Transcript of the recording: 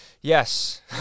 yes